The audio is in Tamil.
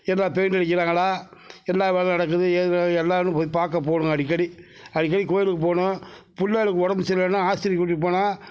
என்ன பெயிண்ட் அடிக்கிறாங்களா என்ன வேலை நடக்குது ஏது வேலை என்னன்னு போய் பார்க்க போகணுங்க அடிக்கடி அடிக்கடி கோவிலுக்கு போகணும் புள்ளைகளுக்கு உடம்பு சரியில்லைனா ஆஸ்பத்திரிக்கு கூட்டிகிட்டு போனால்